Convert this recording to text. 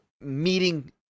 meeting